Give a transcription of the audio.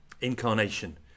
Incarnation